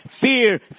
Fear